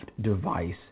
device